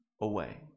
away